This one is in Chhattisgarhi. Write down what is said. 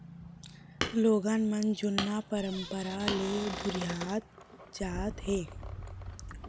लोगन मन जुन्ना परंपरा ले दुरिहात जात हें